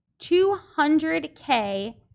200K